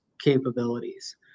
capabilities